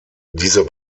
dieser